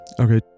Okay